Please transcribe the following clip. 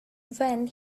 when